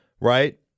Right